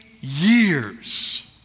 years